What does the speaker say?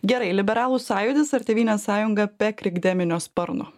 gerai liberalų sąjūdis ar tėvynės sąjunga be krikdeminio sparno